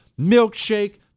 milkshake